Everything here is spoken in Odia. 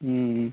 ହୁଁ